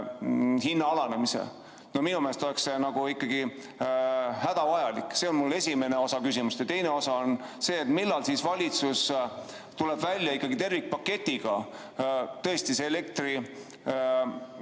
hinna alanemise. Minu meelest oleks see ikkagi hädavajalik. See on mul esimene osa küsimusest. Ja teine osa on see, et millal siis valitsus tuleb välja ikkagi tervikpaketiga. Tõesti, elektri